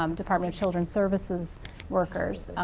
um department of children services workers